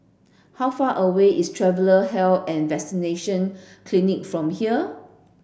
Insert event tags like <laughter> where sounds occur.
how far away is Traveller <unintelligible> and Vaccination Clinic from here